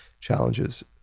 challenges